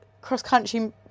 cross-country